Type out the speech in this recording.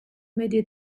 medie